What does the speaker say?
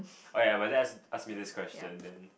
oh ya my dad ask me this question then